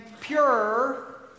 pure